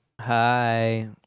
Hi